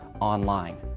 online